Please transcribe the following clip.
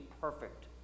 perfect